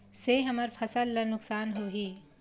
से हमर फसल ला नुकसान होही?